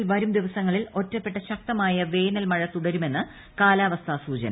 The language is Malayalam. കേരളത്തിൽ വരും ദിവസങ്ങളിൽ ഒറ്റപ്പെട്ട ശക്തമായ വേനൽമഴ തുടരുമെന്ന് കാലാവസ്ഥാ സൂചന